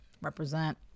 represent